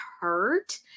hurt